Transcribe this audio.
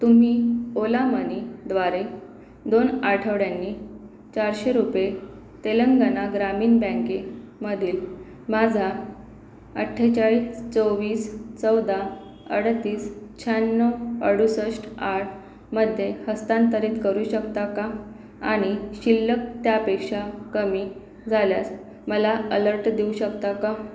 तुम्ही ओला मनीद्वारे दोन आठवड्यांनी चारशे रुपये तेलंगणा ग्रामीण बँकेमधील माझा अठ्ठेचाळीस चोवीस चौदा अडतीस शहाण्णव अडुसष्ट आठमध्ये हस्तांतरित करू शकता का आणि शिल्लक त्यापेक्षा कमी झाल्यास मला अलर्ट देऊ शकता का